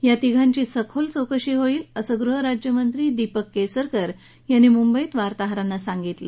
या तिघांची सखोल चौकशी केली जाईल असं गृहराज्यमंत्री दिपक केसरकर यांनी मुंबईत वार्ताहरांना सांगितलं